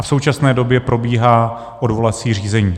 V současné době probíhá odvolací řízení.